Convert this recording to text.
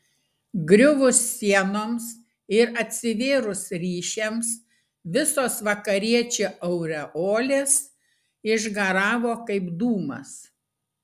griuvus sienoms ir atsivėrus ryšiams visos vakariečių aureolės išgaravo kaip dūmas